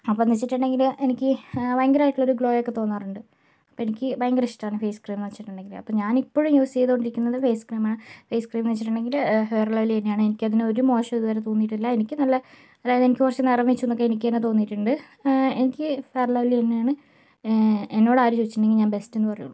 അപ്പോന്ന് വെച്ചിട്ടുണ്ടെങ്കില് എനിക്ക് ഭയങ്കരായിട്ടുള്ള ഒരു ഗ്ലോ ഒക്കെ തോന്നാറുണ്ട് അപ്പോൾ എനിക്ക് ഭയങ്കര ഇഷ്ട്ടമാണ് ഫേസ്ക്രീം വെച്ചിട്ടുണ്ടെങ്കില് അപ്പോൾ ഞാൻ ഇപ്പഴും യൂസ് ചെയ്തുകൊണ്ടിരിക്കുന്നത് ഫേസ്ക്രീം ആണ് ഫേസ്ക്രീമെന്ന് വെച്ചിട്ടുണ്ടെങ്കില് ഫെയറൻലൗലിയെന്നുതന്നെയാണ് എനിക്ക് അതിന് ഒരു മോശവും ഇതുവരെ തോന്നിട്ടില്ല എനിക്ക് നല്ല അതായിത് എനിക്ക് കുറച്ച് നിറം വെച്ചുന്നൊക്കെ എനിക്കെന്നെ തോന്നിയിട്ടുണ്ട് എനിക്ക് ഫെയർ ൻ ലൗലി തന്നെയാണ് എന്നോട് ആര് ചോദിച്ചിട്ടുണ്ടെങ്കിലും ഞാൻ ബെസ്റ്റ് എന്ന് പറയുള്ളൂ